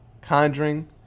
Conjuring